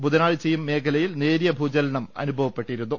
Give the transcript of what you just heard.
ബുധനാഴ്ചയും മേഖലയിൽ നേരിയ ഭൂച ലനം അനുഭവപ്പെട്ടിരുന്നു